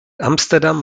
amsterdam